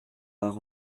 par